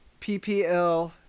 ppl